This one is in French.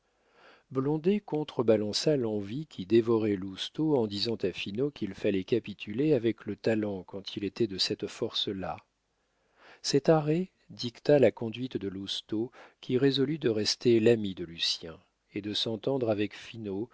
blondet contre balança l'envie qui dévorait lousteau en disant à finot qu'il fallait capituler avec le talent quand il était de cette force-là cet arrêt dicta la conduite de lousteau qui résolut de rester l'ami de lucien et de s'entendre avec